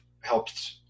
helped